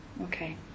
Okay